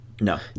No